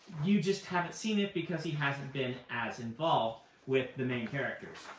you just haven't seen it because he hasn't been as involved with the main characters.